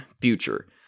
future